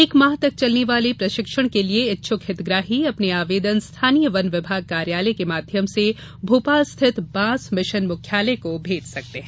एक माह तक चलने वाले प्रशिक्षण के लिये इच्छुक हितग्राही अपने आयेदन स्थानीय वन विभाग कार्यालय के माध्यम से भोपाल स्थित बाँस मिशन मुख्यालय को भेज सकते हैं